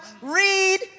Read